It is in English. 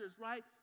right